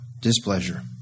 displeasure